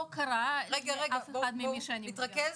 לא קרה לאף אחד ממי שאני מכירה.